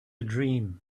dream